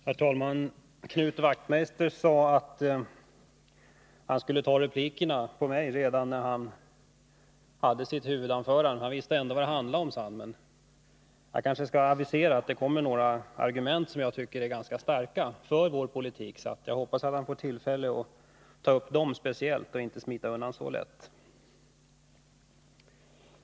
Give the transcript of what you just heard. Herr talman! Knut Wachtmeister sade att han skulle replikera mig redan i sitt huvudanförande, eftersom han ändå visste vad debatten skulle komma att handla om. Jag kanske därför skall avisera att jag kommer att framföra några argument för vår politik, som jag tycker är ganska starka. Jag hoppas att han kommer att bemöta dem och inte smiter undan så lätt som han antydde.